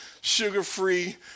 sugar-free